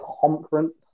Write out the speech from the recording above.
conference